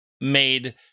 made